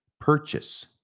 purchase